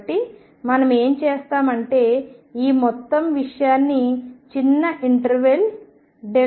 కాబట్టి మనం ఏమి చేస్తాం అంటే ఈ మొత్తం విషయాన్ని చిన్న ఇంటర్వెల్ x గా విభజిస్తాము